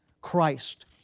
Christ